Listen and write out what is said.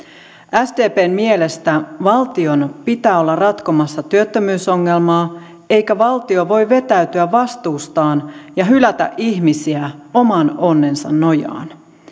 sdpn mielestä valtion pitää olla ratkomassa työttömyysongelmaa eikä valtio voi vetäytyä vastuustaan ja hylätä ihmisiä oman onnensa nojaan